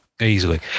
easily